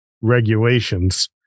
regulations